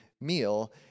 meal